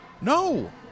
No